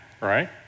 right